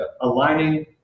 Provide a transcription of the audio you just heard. aligning